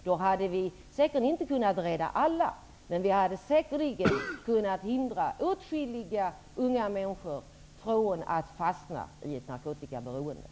Då hade vi säkert inte kunnat rädda alla, men vi hade säkerligen kunnat hindra åtskilliga unga människor från att fastna i ett narkotikaberoende.